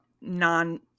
non